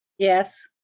yes.